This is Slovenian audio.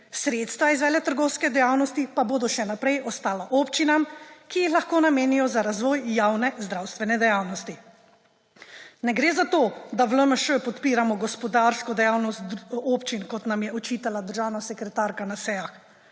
Sredstva iz veletrgovske dejavnosti pa bodo še naprej ostala občinam, ki jih lahko namenijo za razvoj javne zdravstvene dejavnosti. Ne gre za to, da v LMŠ podpiramo gospodarsko dejavnost občin, kot nam je očitala državna sekretarka na sejah.